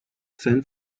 san